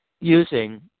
using